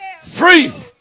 free